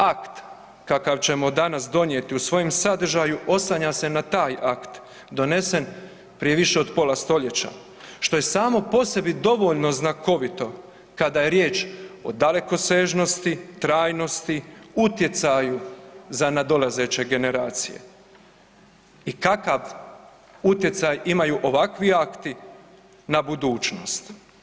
Akt kakav ćemo danas donijeti u svojem sadržaju oslanja se na taj akt donesen prije više od pola stoljeća što je samo po sebi dovoljno znakovito kada je riječ o dalekosežnosti, trajnosti, utjecaju za nadolazeće generacije i kakav utjecaj imaju ovakvi akti na budućnost.